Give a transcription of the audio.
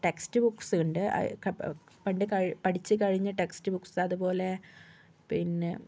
text ബുക്സ്ണ്ട് പണ്ട് പഠിച്ച് കഴിഞ്ഞ ടെക്സ്റ്റ് ബൂക്സ് അതുപോലെ പിന്നെ